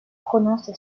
prononce